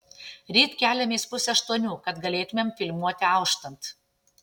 ryt keliamės pusę aštuonių kad galėtumėm filmuoti auštant